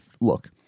Look